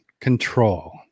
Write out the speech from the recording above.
control